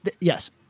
Yes